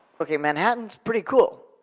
okay, manhattan's pretty cool,